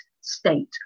state